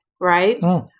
right